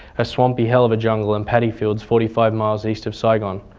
a swampy hell of a jungle and paddy fields forty five miles east of saigon.